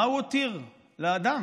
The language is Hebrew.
מה הוא הותיר לאדם?